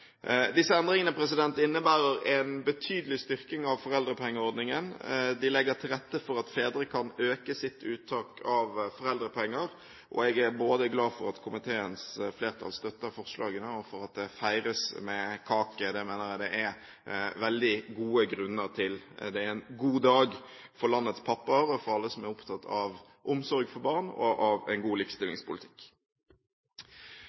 Disse endringene innebærer en betydelig styrking av foreldrepengeordningen, og de legger til rette for at fedre kan øke sitt uttak av foreldrepenger. Jeg er glad både for at komiteens flertall støtter forslagene, og for at det feires med kake. Det mener jeg det er veldig gode grunner til. Det er en god dag for landets pappaer og for alle som er opptatt av omsorg for barn og av en god